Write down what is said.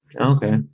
Okay